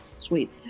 Sweet